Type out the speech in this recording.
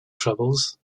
troubles